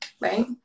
right